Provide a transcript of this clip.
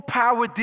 power